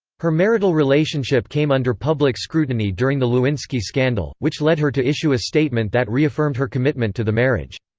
her marital relationship came under public scrutiny during the lewinsky scandal, which led her to issue a statement that reaffirmed her commitment to the marriage.